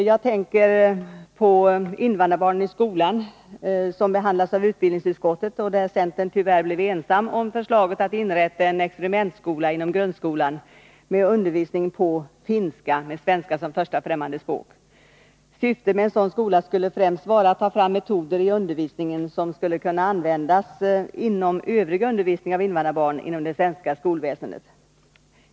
Jag tänker på frågan om invandrarbarnen i skolan, som behandlats av utbildningsutskottet och där centern tyvärr blev ensam om förslaget att inrätta en experimentskola inom grundskolan med undervisning på finska, med svenska som första främmande språk. Syftet med en sådan skola skulle främst vara att ta fram metoder i undervisningen som skulle kunna användas inom övrig undervisning av invandrarbarn inom det svenska skolväsendet.